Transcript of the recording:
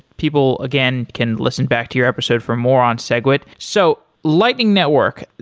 people, again, can listen back to your episode for more on segwit. so lightning network,